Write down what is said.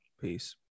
Peace